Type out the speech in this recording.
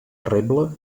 reble